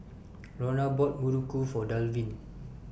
Lorna bought Muruku For Dalvin